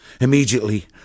Immediately